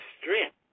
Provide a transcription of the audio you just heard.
strength